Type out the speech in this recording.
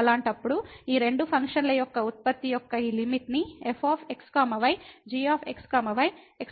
అలాంటప్పుడు ఈ రెండు ఫంక్షన్ల యొక్క ఉత్పత్తి యొక్క ఈ లిమిట్ ని f x y g x y x